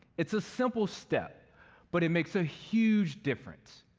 it's a simple step but it makes a huge difference.